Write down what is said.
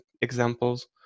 examples